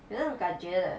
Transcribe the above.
有那种感觉的